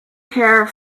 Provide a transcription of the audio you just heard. care